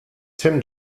tim